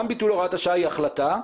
גם ביטול הוראת השעה היא החלטה.